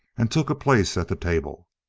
and took a place at the table.